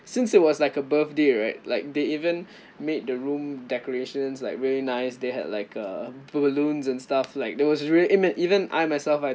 since it was like a birthday right like they even made the room decorations like really nice they had like err balloons and stuff like that was really ima~ even I myself like